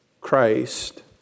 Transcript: Christ